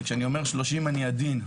וכשאני אומר 30, אני עדין.